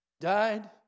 died